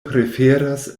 preferas